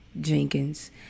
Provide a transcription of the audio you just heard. Jenkins